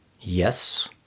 Yes